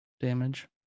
damage